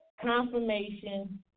confirmation